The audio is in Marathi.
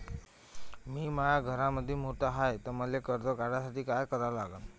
मी माया घरामंदी मोठा हाय त मले कर्ज काढासाठी काय करा लागन?